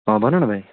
अँ भनन भाइ